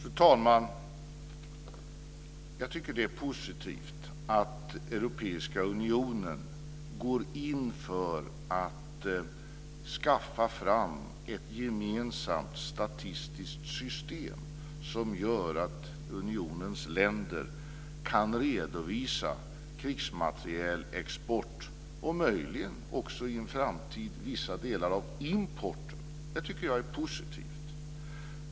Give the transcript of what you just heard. Fru talman! Jag tycker att det är positivt att Europeiska unionen går in för att ta fram ett gemensamt statistiskt system som gör att unionens länder kan redovisa krigsmaterielexport och möjligen också i en framtid vissa delar av importen. Det tycker jag är positivt.